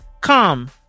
Come